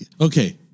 Okay